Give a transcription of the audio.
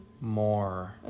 more